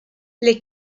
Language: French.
les